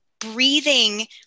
breathing